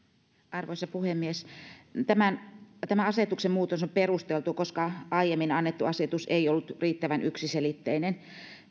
arvoisa puhemies tämä asetuksen muutos on perusteltu koska aiemmin annettu asetus ei ollut riittävän yksiselitteinen